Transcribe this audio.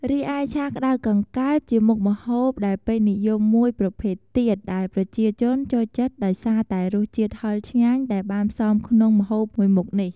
រីឯឆាក្ដៅកង្កែប ជាមុខម្ហូបដែលពេញនិយមមួយប្រភេទទៀត ដែលប្រជាជនចូលចិត្តដោយសារតែ រសជាតិហិរឆ្ងាញ់ដែលបានផ្សំក្នុងម្ហូបមួយមុខនេះ។